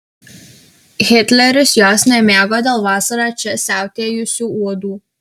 hitleris jos nemėgo dėl vasarą čia siautėjusių uodų